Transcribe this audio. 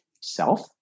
self